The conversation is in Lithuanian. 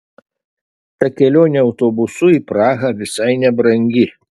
ta kelionė autobusu į prahą visai nebrangi